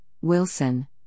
Wilson